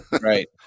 Right